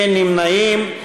אין נמנעים.